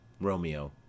Romeo